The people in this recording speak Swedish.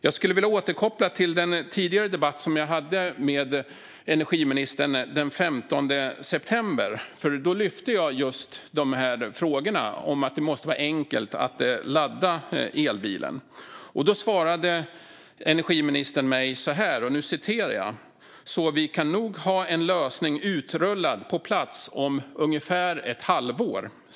Jag skulle vilja återkoppla till den tidigare debatt som jag hade med energiministern den 15 september. Då lyfte jag just dessa frågor: att det måste vara enkelt att ladda elbilen. Då svarade energiministern mig så här: "Så vi kan nog ha en lösning utrullad och på plats om ungefär ett halvår."